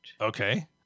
Okay